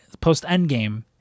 post-Endgame